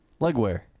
Legwear